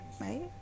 Right